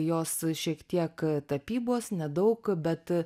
jos šiek tiek tapybos nedaug bet